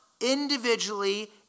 individually